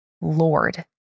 lord